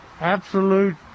Absolute